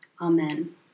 Amen